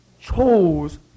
chose